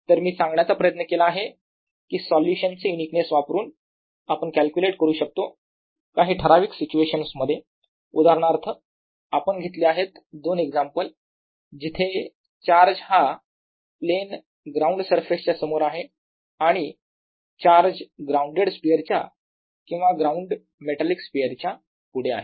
तर मी सांगण्याचा प्रयत्न केला आहे की सोल्युशन्स चे युनिकनेस वापरून आपण कॅल्क्युलेट करू शकतो काही ठराविक सिच्युएशनमध्ये उदाहरणार्थ आपण घेतले आहेत दोन एक्झाम्पल जिथे चार्ज हा प्लेन ग्राउंड सरफेस च्या समोर आहे आणि चार्ज ग्राउंडेड स्पियरच्या किंवा ग्राउंड मेटालिक स्पियरच्या पुढे आहेत